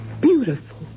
beautiful